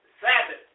Sabbath